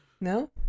No